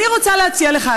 אני רוצה להציע לך,